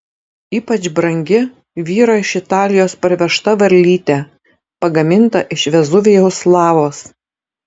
ypač brangi vyro iš italijos parvežta varlytė pagaminta iš vezuvijaus lavos